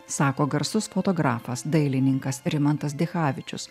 sako garsus fotografas dailininkas rimantas dichavičius